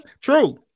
True